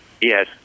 Yes